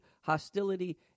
hostility